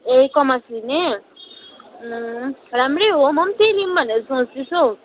ए commerce लिने राम्रै हो म पनि त्यही लिउँ भनेर सोच्दैछु हौ